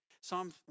Psalm